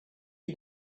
you